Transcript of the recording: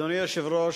אדוני היושב-ראש,